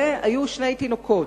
והיו שני תינוקות,